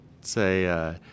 Say